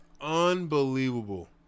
Unbelievable